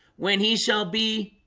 when he shall be?